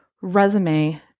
resume